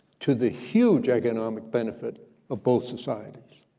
to the huge economic benefit of both societies.